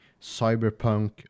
cyberpunk